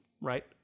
right